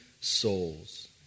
souls